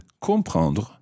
comprendre